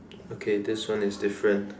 okay this one is different